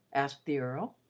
asked the earl.